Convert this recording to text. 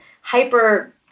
hyper